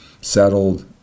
settled